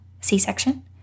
c-section